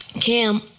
Cam